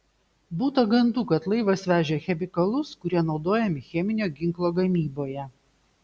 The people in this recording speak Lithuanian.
būta gandų kad laivas vežė chemikalus kurie naudojami cheminio ginklo gamyboje